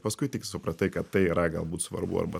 paskui tik supratai kad tai yra galbūt svarbu arba